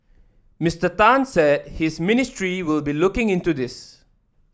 Mister Tan said his ministry will be looking into this